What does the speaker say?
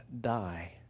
die